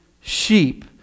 sheep